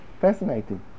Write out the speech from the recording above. Fascinating